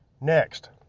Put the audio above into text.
Next